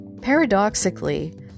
Paradoxically